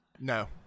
No